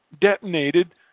detonated